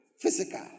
Physical